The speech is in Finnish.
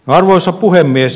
arvoisa puhemies